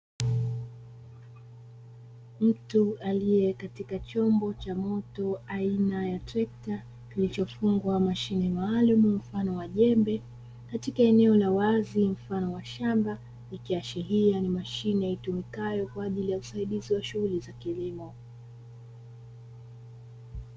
Mtu aliye katika chombo cha moto aina ya trekta kilichofungwa mashine maalumu mfano wa jembe katika eneo la wazi mfano wa shamba, ikiashiria ni mashine itumikayo kwa ajili ya usaidizi wa shughuli za kilimo.